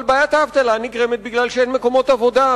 אבל בעיית האבטלה נגרמת משום שאין מקומות עבודה,